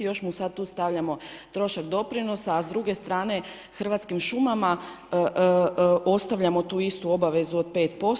I još mu tu sad stavljamo trošak doprinosa, a s druge strane Hrvatskim šumama ostavljamo tu istu obavezu od 5%